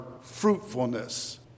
fruitfulness